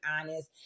honest